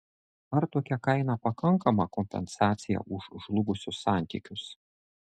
ar tokia kaina pakankama kompensacija už žlugusius santykius